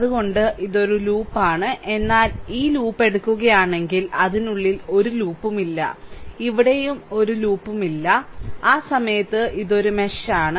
അതിനാൽ ഇത് ഒരു ലൂപ്പാണ് എന്നാൽ ഈ ലൂപ്പ് എടുക്കുകയാണെങ്കിൽ അതിനുള്ളിൽ ഒരു ലൂപ്പും ഇല്ല ഇവിടെയും അതിനുള്ളിൽ ഒരു ലൂപ്പും ഇല്ല ആ സമയത്ത് ഇത് ഒരു മെഷ് ആണ്